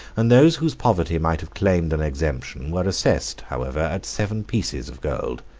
and those whose poverty might have claimed an exemption, were assessed, however, at seven pieces of gold.